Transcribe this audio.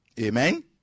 Amen